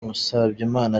musabyimana